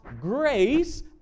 grace